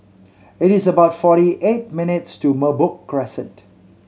it is about forty eight minutes' to Merbok Crescent